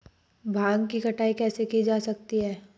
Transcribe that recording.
भांग की कटाई कैसे की जा सकती है?